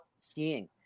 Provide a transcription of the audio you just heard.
skiing